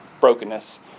brokenness